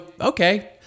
okay